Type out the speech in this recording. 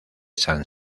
san